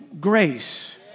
grace